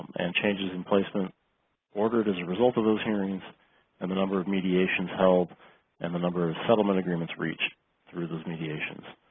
and changes in placement ordered as a result of those hearings and the number of mediations held and the number of of settlement agreements reached through those mediations.